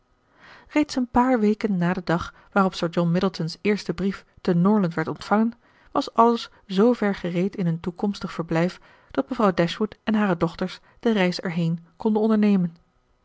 reeds een paar weken na den dag waarop sir john middleton's eerste brief te norland werd ontvangen was alles zoover gereed in hun toekomstig verblijf dat mevrouw dashwood en hare dochters de reis erheen konden ondernemen